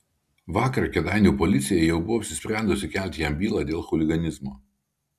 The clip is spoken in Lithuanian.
vakar kėdainių policija jau buvo apsisprendusi kelti jam bylą dėl chuliganizmo